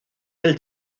del